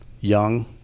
young